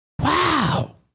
Wow